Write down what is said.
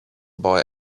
boy